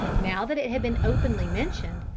now that it had been openly mentioned,